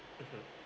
mmhmm